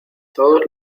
todos